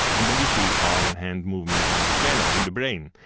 and then you see arm and hand movement in the scanner, in the brain.